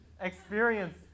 experience